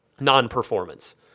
non-performance